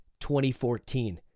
2014